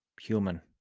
human